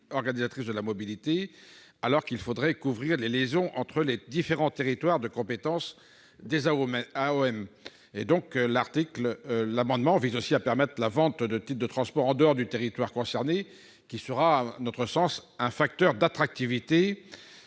organisatrice de la mobilité, et ne couvre donc pas les liaisons entre les différents territoires de compétence des AOM. Cet amendement tend également à permettre la vente de titres de transport en dehors du territoire concerné. Ce serait, à notre sens, un facteur d'attractivité.